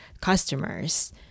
customers